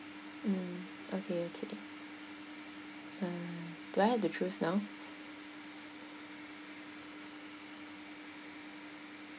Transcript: mm okay uh do I have to choose now